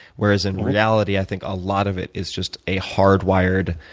whereas in reality, i think a lot of it is just a hardwired